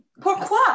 Pourquoi